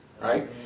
right